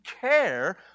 care